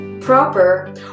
proper